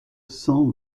cent